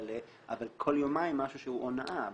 אבל כל יומיים משהו שהוא הונאה.